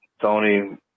Tony